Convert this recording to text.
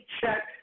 check